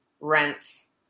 rents